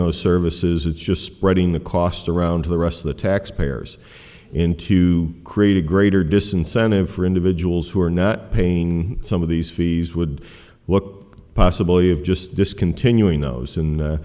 those services it's just spreading the costs around to the rest of the taxpayers in to create a greater disincentive for individuals who are not paying some of these fees would look possibly of just discontinuing those